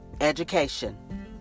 Education